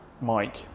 Mike